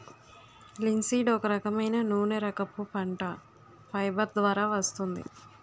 linseed ఒక రకమైన నూనెరకపు పంట, ఫైబర్ ద్వారా వస్తుంది